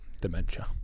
Dementia